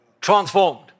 transformed